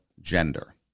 gender